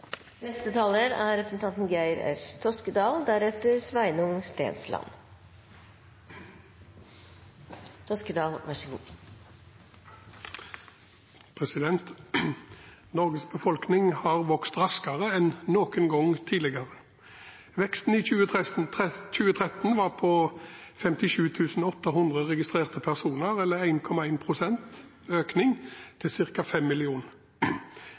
Norges befolkning har vokst raskere enn noen gang tidligere. Veksten i 2013 var på 57 800 registrerte personer, eller 1,1 pst. økning, til ca. 5 mill. innbyggere. Nesten fire av fem